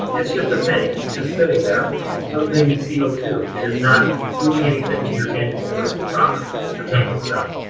it's just a tank. it's just sitting there. it's holding c o two. it is not doing anything to your tangible personal property, the tank itself.